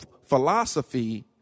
philosophy